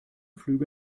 flüge